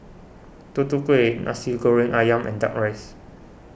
Tutu Kueh Nasi Goreng Ayam and Duck Rice